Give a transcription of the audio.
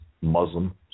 Muslim